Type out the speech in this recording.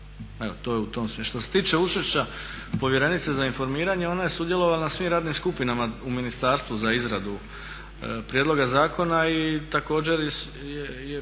Što se tiče učešća povjerenice za informiranje, ona je sudjelovala na svim radnim skupinama u ministarstvu za izradu prijedloga zakona. I također je